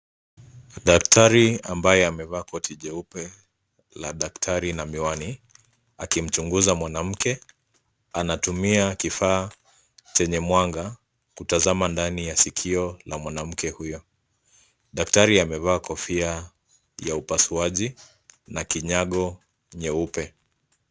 Daktari ambaye amevaa koti jeupe la daktari na miwani akimchunguza mwanamke. Anatumia kifaa chenye mwanga kutazama ndani ya sikio la mwanamke huyo. Daktari amevaa kofia ya upasuaji na kinyago nyeupe.